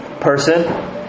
person